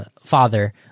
father